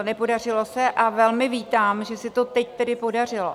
Nepodařilo se a velmi vítám, že se to tedy teď podařilo.